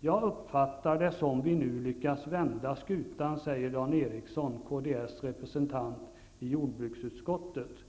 Jag uppfattar det som vi nu lyckats vända skutan, säger Dan Ericsson, KdS representant i jordbruksutskottet.''